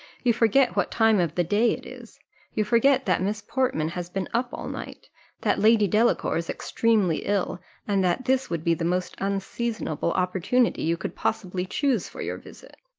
you forget what time of the day it is you forget that miss portman has been up all night that lady delacour is extremely ill and that this would be the most unseasonable opportunity you could possibly choose for your visit.